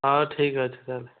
ହେଉ ଠିକ୍ ଅଛି ତାହେଲେ